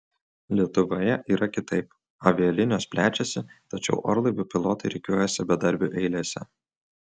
lietuvoje yra kitaip avialinijos plečiasi tačiau orlaivių pilotai rikiuojasi bedarbių eilėse